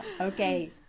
Okay